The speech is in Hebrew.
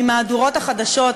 ממהדורות החדשות,